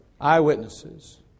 Eyewitnesses